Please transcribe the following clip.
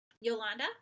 Yolanda